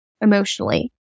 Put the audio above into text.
emotionally